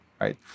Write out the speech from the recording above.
right